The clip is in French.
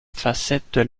facettes